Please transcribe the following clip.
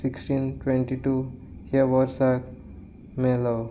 sixteen twenty two ह्या वर्साक मेलो